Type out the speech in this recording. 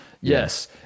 yes